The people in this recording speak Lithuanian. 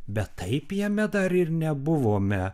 bet taip jame dar ir nebuvome